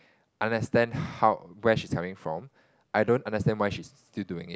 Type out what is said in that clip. understand how where she's coming from I don't understand why she's still doing it